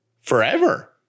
Forever